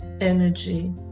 energy